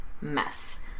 mess